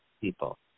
people